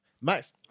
Max